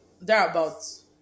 Thereabouts